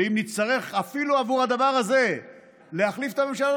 ואם נצטרך אפילו בעבור הדבר הזה להחליף את הממשלה,